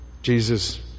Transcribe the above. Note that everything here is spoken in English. Jesus